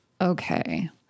Okay